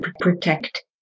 protect